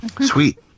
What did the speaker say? Sweet